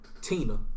Tina